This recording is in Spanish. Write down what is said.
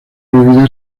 bebida